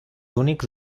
únics